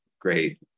great